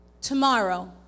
tomorrow